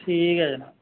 ठीक ऐ जनाब